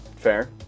fair